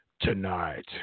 tonight